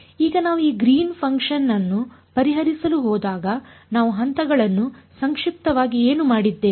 ಈಗ ನಾವು ಈ ಗ್ರೀನ್ ಫನ್ ಕ್ಷನ್ Green's functionವನ್ನು ಪರಿಹರಿಸಲು ಹೋದಾಗ ನಾವು ಹಂತಗಳನ್ನು ಸಂಕ್ಷಿಪ್ತವಾಗಿ ಏನು ಮಾಡಿದ್ದೇವೆ